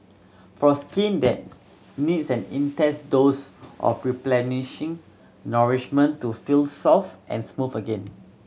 for skin that needs an intense dose of replenishing nourishment to feel soft and smooth again